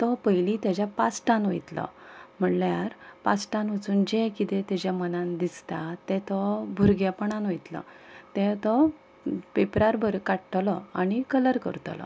तो पयलीं ताच्या पास्टान वयतलो म्हणल्यार पास्टान वचून जे किदें तेज्या मनान दिसता तें तो भुरगेपणान वयतलो तें तो पेपरार काडटलो आनी कलर करतलो